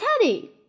teddy